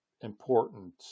important